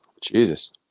Jesus